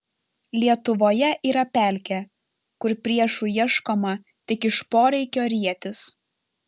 lietuvoje yra pelkė kur priešų ieškoma tik iš poreikio rietis